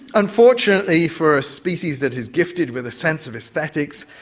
unfortunately for a species that is gifted with a sense of aesthetics,